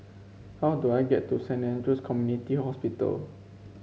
how do I get to Saint Andrew's Community Hospital